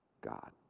God